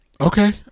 Okay